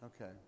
Okay